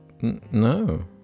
No